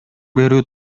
берүү